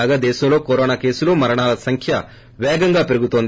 కాగా దేశంలో కరోనా కేసులు మరణాల సంఖ్య పేగంగా పెరుగుతోంది